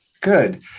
Good